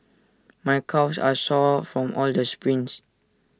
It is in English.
my calves are sore from all the sprints